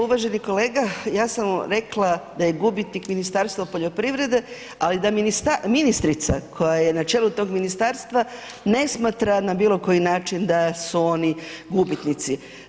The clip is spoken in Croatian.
Uvaženi kolega, ja sam rekla da je gubitnik Ministarstvo poljoprivrede, ali da ministrica koja je na čelu tog ministarstva ne smatra na bilo koji način da su oni gubitnici.